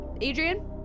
Adrian